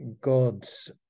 god's